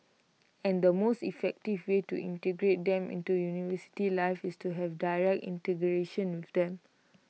and the most effective way to integrate them into university life is to have direct integration with them